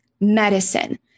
medicine